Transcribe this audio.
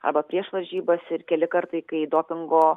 arba prieš varžybas ir keli kartai kai dopingo